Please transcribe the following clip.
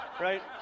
right